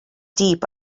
deep